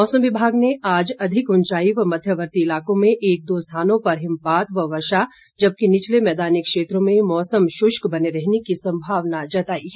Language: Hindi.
मौसम विभाग ने आज अधिक उंचाई व मध्यवर्ती इलाकों में एक दो स्थानों पर हिमपात व वर्षा जबकि निचले मैदानी क्षेत्रों में मौसम शुष्क बने रहने की संभावना जताई है